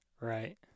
Right